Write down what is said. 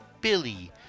Billy